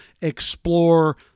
explore